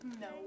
No